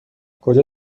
کجا